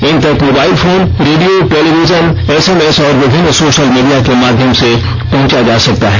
इन तक mobile phone रेडियों television SMS और विभिन्न सोशल मीडिया के माध्यम से पहंचा जा सकता है